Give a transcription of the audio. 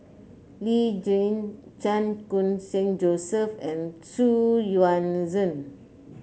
Lee Tjin Chan Khun Sing Joseph and Xu Yuan Zhen